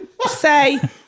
say